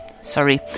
Sorry